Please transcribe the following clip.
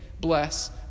bless